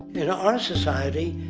in our society,